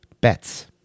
bets